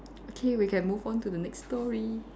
okay we can move on to the next story